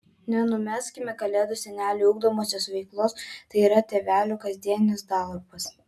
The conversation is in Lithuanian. nenumeskime kalėdų seneliui ugdomosios veiklos tai yra tėvelių kasdienis darbas